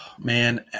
Man